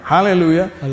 Hallelujah